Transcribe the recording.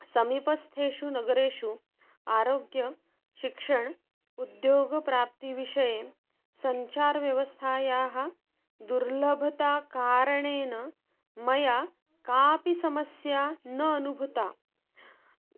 समीपस्थेषु नगरेषु आरोग्यशिक्षण उद्योगप्राप्तिविषये सञ्चारव्यवस्थायाः दुर्लभताकारणेन मया कापि समस्या न अनुभूता